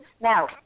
Now